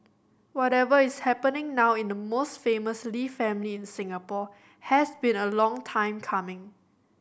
whatever is happening now in the most famous Lee family in Singapore has been a long time coming